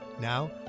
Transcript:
Now